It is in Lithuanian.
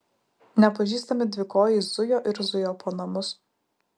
nepažįstami dvikojai zujo ir zujo po namus